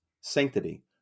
sanctity